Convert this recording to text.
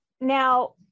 Now